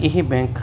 ਇਹ ਬੈਂਕ